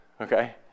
okay